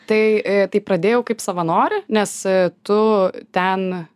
tai taip pradėjau kaip savanorė nes tu ten